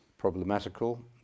Problematical